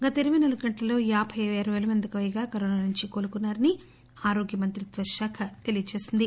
గత ఇరవై నాలుగు గంటల్లో యాబై ఆరు పేల మందికి పైగా కరోనా నుంచి కోలుకున్నా రని ఆరోగ్యమంత్రిత్వ శాఖ తెలియచేసింది